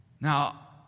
Now